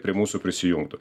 prie mūsų prisijungtų